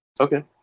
Okay